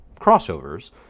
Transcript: crossovers